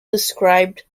described